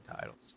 titles